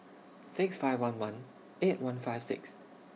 six five one one eight one five six